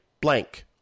blank